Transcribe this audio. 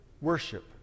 worship